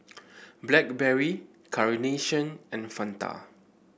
Blackberry Carnation and Fanta